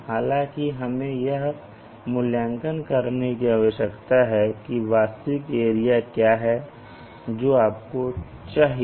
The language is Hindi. हालांकि हमें यह मूल्यांकन करने की आवश्यकता है कि वास्तविक एरिया क्या है जो आपको चाहिए